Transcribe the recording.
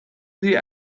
sie